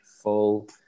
full